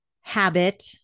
habit